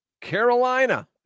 Carolina